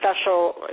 special